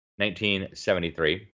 1973